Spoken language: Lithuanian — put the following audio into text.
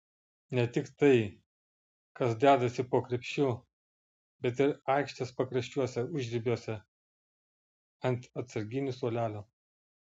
ne tik tai kas dedasi po krepšiu bet ir aikštės pakraščiuose užribiuose ant atsarginių suolelio